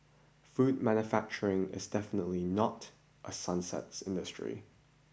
food manufacturing is definitely not a sunset industry